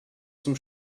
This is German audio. zum